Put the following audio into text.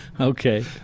Okay